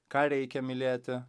ką reikia mylėti